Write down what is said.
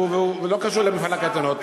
לא קשור למפעל הקייטנות.